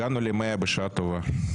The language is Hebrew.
הגענו ל-100 בשעה טובה.